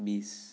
বিছ